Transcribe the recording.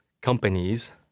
companies